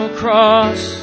cross